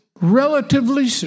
relatively